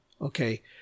okay